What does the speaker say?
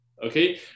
Okay